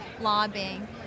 lobbying